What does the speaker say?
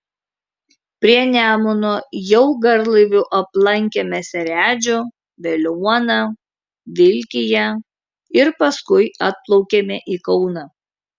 prie nemuno jau garlaiviu aplankėme seredžių veliuoną vilkiją ir paskui atplaukėme į kauną